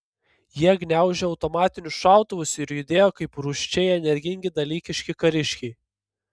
jie gniaužė automatinius šautuvus ir judėjo kaip rūsčiai energingi dalykiški kariškiai